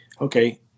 okay